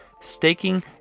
Staking